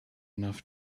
enough